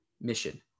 mission